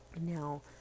now